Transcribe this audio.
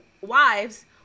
wives